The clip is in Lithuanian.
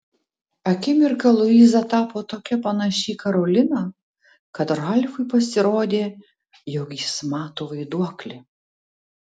akimirką luiza tapo tokia panaši į karoliną kad ralfui pasirodė jog jis mato vaiduoklį